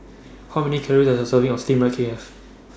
How Many Calories Does A Serving of Steamed Rice Cake Have